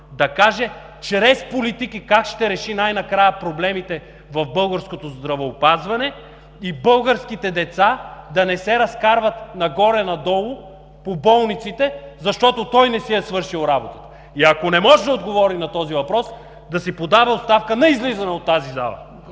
да каже чрез политики как ще реши най-накрая проблемите в българското здравеопазване и българските деца да не се разкарват нагоре-надолу по болниците, защото той не си е свършил работата. Ако не може да отговори на този въпрос, да си подава оставката на излизане от тази зала.